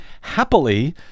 Happily